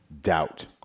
doubt